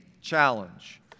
challenge